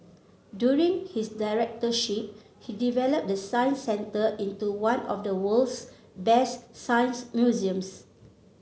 during his directorship he developed the Science Centre into one of the world's best science museums